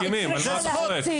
שלשם צריכים התושבים להגיע,